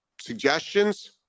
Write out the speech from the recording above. suggestions